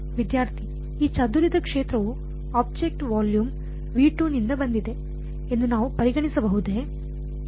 ವಿದ್ಯಾರ್ಥಿ ಈ ಚದುರಿದ ಕ್ಷೇತ್ರವು ಆಬ್ಜೆಕ್ಟ್ ವಾಲ್ಯೂಮ್ ನಿಂದ ಬಂದಿದೆ ಎಂದು ನಾವು ಪರಿಗಣಿಸಬಹುದೇ